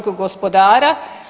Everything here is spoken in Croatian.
gospodara.